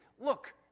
look